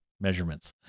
measurements